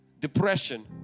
depression